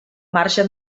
marge